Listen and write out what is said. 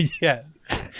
Yes